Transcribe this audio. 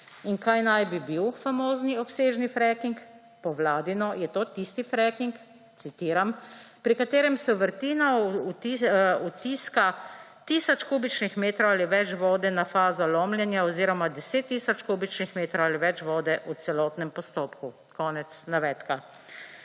In kaj naj bi bil famozni obsežni fracking? Po vladino je to tisti fracking, citiram, »pri katerem se vrtina vtiska tisoč kubičnih metrov ali več vode na fazo lomljenja oziroma deset tisoč kubičnih metrov ali več vode v celotnem postopku«, konec navedka.